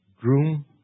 groom